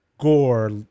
gore